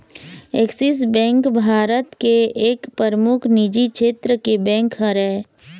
Axis bank Bharat के एक परमुख निजी छेत्र के बेंक हरय